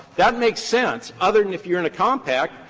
that makes sense other than if you're in a compact,